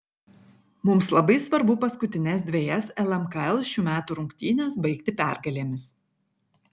mums labai svarbu paskutines dvejas lmkl šių metų rungtynes baigti pergalėmis